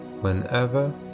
whenever